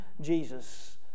Jesus